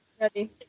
ready